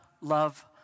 love